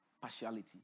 partiality